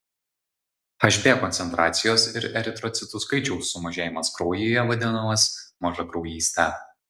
hb koncentracijos ir eritrocitų skaičiaus sumažėjimas kraujuje vadinamas mažakraujyste